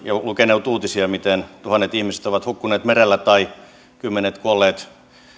ja lukeneet järkyttäviä uutisia siitä miten tuhannet ihmiset ovat hukkuneet merellä tai kymmenet kuolleet